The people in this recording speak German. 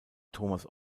thomas